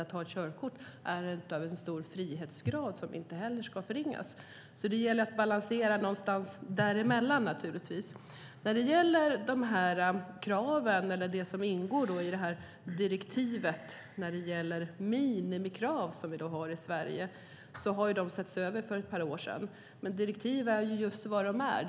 Att ta körkort är en fråga med stor frihetsaspekt, som inte heller ska förringas. Det gäller att balansera någonstans däremellan. Kraven i direktivet, de minimikrav som vi har i Sverige, har setts över för ett par år sedan. Men direktiv är vad de är.